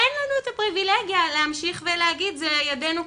אין לנו פריבילגיה להמשיך להגיד "ידינו כבולות,